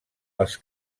els